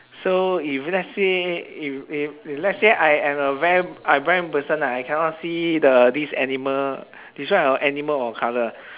so if let's say if if if let's say I am a ver~ I'm blind person ah I cannot see the this animal describe a animal or colour